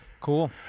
Cool